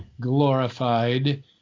glorified